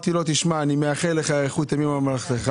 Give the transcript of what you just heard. הפחד הזה, הפרנויה.